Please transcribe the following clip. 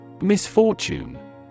misfortune